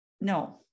no